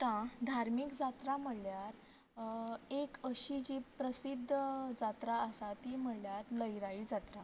आता धार्मीक जात्रा म्हळ्यार एक अशीं जी प्रसिध्द जात्रा आसा ती म्हळ्यार लयराई जात्रा